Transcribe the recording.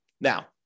Now